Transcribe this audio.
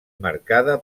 marcada